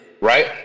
right